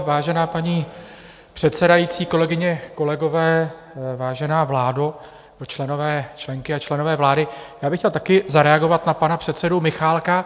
Vážená paní předsedající, kolegyně, kolegové, vážená vládo, členky a členové vlády, chtěl bych také zareagovat na pana předsedu Michálka.